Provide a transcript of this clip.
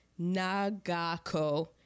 Nagako